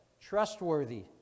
trustworthy